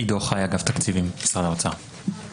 עידו חי, אגף תקציבים במשרד האוצר.